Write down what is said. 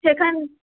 সেখান